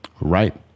Right